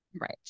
Right